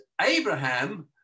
Abraham